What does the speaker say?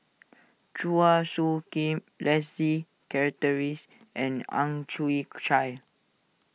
Chua Soo Khim Leslie Charteris and Ang Chwee Chai